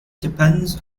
depends